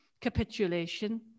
capitulation